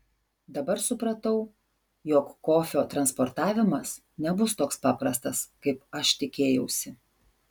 dabar supratau jog kofio transportavimas nebus toks paprastas kaip aš tikėjausi